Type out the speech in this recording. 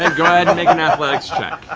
ah go ahead and make an athletics check.